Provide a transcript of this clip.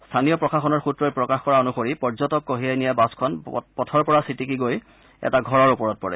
স্থানীয় প্ৰশাসনৰ সূএই প্ৰকাশ কৰা অনুসৰি পৰ্যটক কঢ়িয়াই নিয়া বাছখন পথৰ পৰা ছিটিকি গৈ এটা ঘৰৰ ওপৰত পৰে